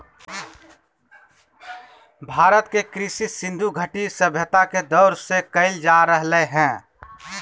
भारत में कृषि सिन्धु घटी सभ्यता के दौर से कइल जा रहलय हें